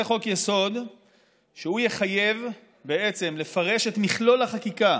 זה חוק-יסוד שיחייב לפרש את מכלול החקיקה